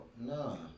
No